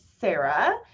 Sarah